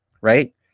right